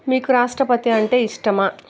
మీకు రాష్ట్రపతి అంటే ఇష్టమా